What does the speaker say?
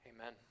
Amen